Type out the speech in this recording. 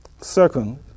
Second